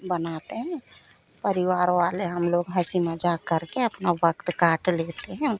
बनाते हैं परिवार वाले हम लोग हँसी मज़ाक करके अपना वक़्त काट लेते हैं उनके